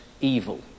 evil